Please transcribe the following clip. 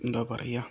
എന്താ പറയുക